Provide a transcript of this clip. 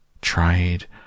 tried